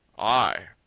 i!